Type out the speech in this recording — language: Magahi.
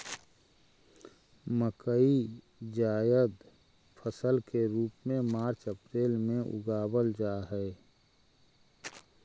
मकई जायद फसल के रूप में मार्च अप्रैल में उगावाल जा हई